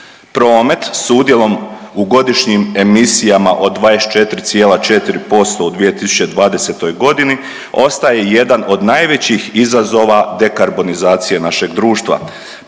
Promet sa udjelom u godišnjim emisijama od 24,4% u 2020. godini ostaje jedan od najvećih izazova dekarbonizacije našeg društva.